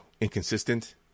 inconsistent